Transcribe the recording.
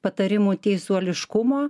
patarimų teisuoliškumo